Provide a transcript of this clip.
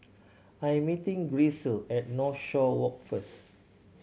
I'm meeting Grisel at Northshore Walk first